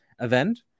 event